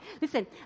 Listen